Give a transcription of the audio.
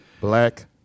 Black